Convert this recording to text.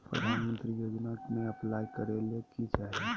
प्रधानमंत्री योजना में अप्लाई करें ले की चाही?